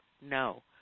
No